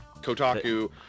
Kotaku